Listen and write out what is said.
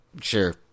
Sure